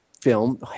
film